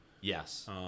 Yes